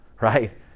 right